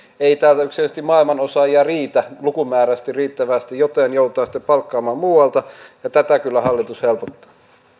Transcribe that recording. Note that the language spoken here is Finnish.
ei täältä yksinkertaisesti maailmanosaajia riitä lukumäärällisesti riittävästi joten joutuu sitten palkkaamaan muualta ja tätä kyllä hallitus helpottaa